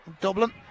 Dublin